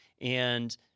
And-